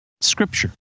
scripture